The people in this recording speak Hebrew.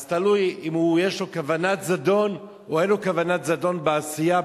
אז תלוי אם יש לו כוונת זדון או אין לו כוונת זדון בעשייה,